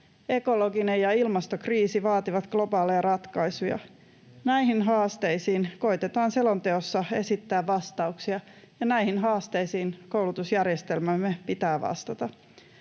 ekologinen ja ilmastokriisi vaativat globaaleja ratkaisuja. Näihin haasteisiin koetetaan selonteossa esittää vastauksia, ja näihin haasteisiin koulutusjärjestelmämme pitää vastata.